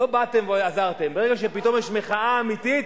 לא באתם ועזרתם, ברגע שפתאום יש מחאה אמיתית,